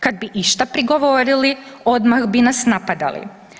Kada bi išta prigovorili odmah bi nas napadali.